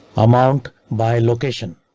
amount by location.